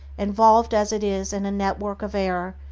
involved as it is in a network of error,